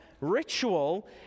ritual